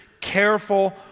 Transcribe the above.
careful